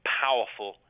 powerful